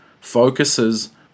focuses